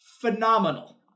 phenomenal